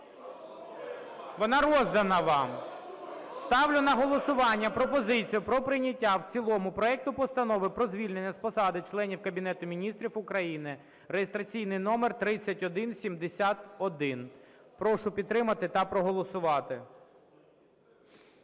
Вона роздана вам. Ставлю на голосування пропозицію про прийняття в цілому проекту Постанови про звільнення з посади членів Кабінету Міністрів України (реєстраційний номер 3171). Прошу підтримати та проголосувати.